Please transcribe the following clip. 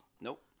Nope